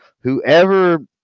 whoever